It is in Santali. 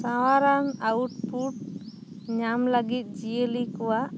ᱥᱟᱶᱟᱨᱟᱱ ᱟᱣᱩᱴᱯᱩᱴ ᱧᱟᱢ ᱞᱟᱹᱜᱤᱫ ᱡᱤᱭᱟᱹᱞᱤ ᱠᱟᱣᱟᱜ